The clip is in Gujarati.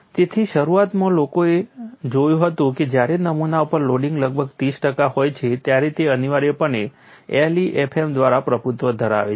તેથી શરૂઆતમાં લોકોએ જોયું હતું કે જ્યારે નમૂના ઉપર લોડિંગ લગભગ 30 ટકા હોય છે ત્યારે તે અનિવાર્યપણે LEFM દ્વારા પ્રભુત્વ ધરાવે છે